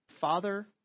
Father